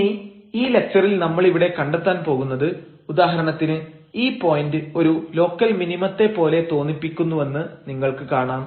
ഇനി ഈ ലക്ച്ചറിൽ നമ്മളിവിടെ കണ്ടെത്താൻ പോകുന്നത് ഉദാഹരണത്തിന് ഈ പോയന്റ് ഒരു ലോക്കൽ മിനിമത്തെ പോലെ തോന്നിപ്പിക്കുന്നുവെന്ന് നിങ്ങൾക്ക് കാണാം